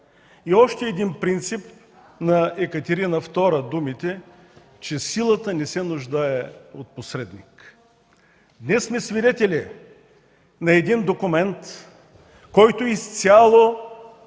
И още един принцип – думите на Екатерина Втора, че силата не се нуждае от посредник. Днес сме свидетели на един документ, който изцяло